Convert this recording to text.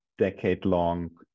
decade-long